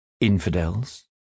Infidels